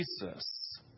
Jesus